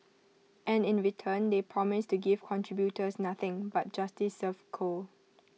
and in return they promise to give contributors nothing but justice served cold